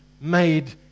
made